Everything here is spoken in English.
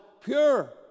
pure